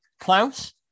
Klaus